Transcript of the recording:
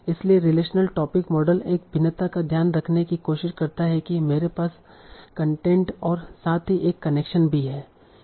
इसलिए relational topic model इस भिन्नता का ध्यान रखने की कोशिश करता हैं कि मेरे पास कन्टेंट और साथ ही एक कनेक्शन भी है